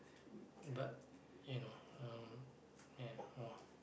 but you know uh ya